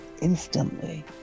instantly